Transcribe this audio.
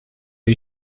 you